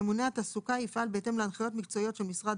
ממונה התעסוקה יפעל בהתאם להנחיות מקצועיות של משרד